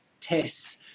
tests